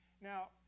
Now